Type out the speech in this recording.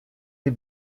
les